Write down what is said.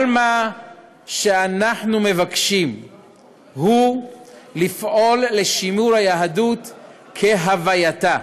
כל מה שאנחנו מבקשים הוא לפעול לשימור היהדות כהווייתה.